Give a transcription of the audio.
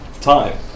time